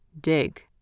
dig